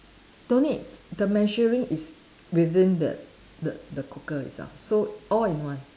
don't need the measuring is within the the the cooker itself so all in one